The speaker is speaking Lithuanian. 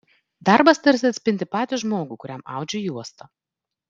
darbas tarsi atspindi patį žmogų kuriam audžiu juostą